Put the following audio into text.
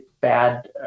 bad